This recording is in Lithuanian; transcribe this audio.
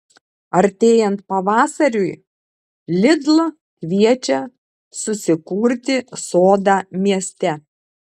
artėjant pavasariui lidl kviečia susikurti sodą mieste